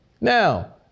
Now